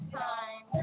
time